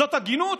זאת הגינות?